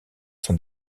sont